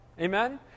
Amen